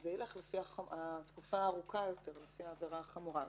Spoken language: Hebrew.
אז זה יילך לפי התקופה הארוכה יותר לפי העבירה החמורה.